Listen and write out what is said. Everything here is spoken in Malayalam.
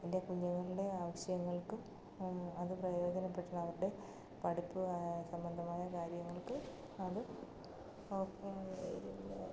എൻ്റെ കുഞ്ഞുങ്ങളുടെ ആവിശ്യങ്ങൾക്കും അത് പ്രയോജനപ്പെടുത്താൻ അവരുടെ പഠിപ്പ് സംബന്ധമായ കാര്യങ്ങൾക്ക് അത്